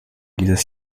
dieses